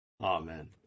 Amen